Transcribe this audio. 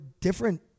different